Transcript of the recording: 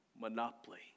Monopoly